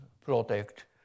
protect